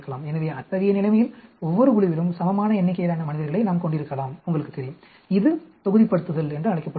எனவே அத்தகைய நிலைமையில் ஒவ்வொரு குழுவிலும் சமமான எண்ணிக்கையிலான மனிதர்களை நாம் கொண்டிருக்கலாம் உங்களுக்குத் தெரியும் இது தொகுதிப்படுத்துதல் என்று அழைக்கப்படுகிறது